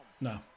No